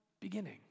beginning